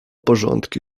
porządki